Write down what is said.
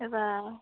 এবাৰ